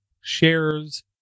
shares